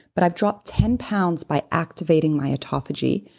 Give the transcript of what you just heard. but i've dropped ten pounds by activating my autophagy,